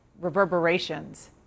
reverberations